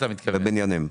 בבניינים.